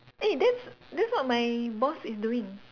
eh that's that's what my boss is doing